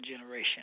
generation